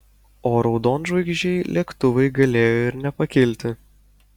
o raudonžvaigždžiai lėktuvai galėjo ir nepakilti